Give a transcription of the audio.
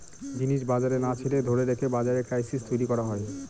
জিনিস বাজারে না ছেড়ে ধরে রেখে বাজারে ক্রাইসিস তৈরী করা হয়